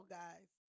guys